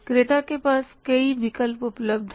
क्रेता के पास कई विकल्प उपलब्ध हैं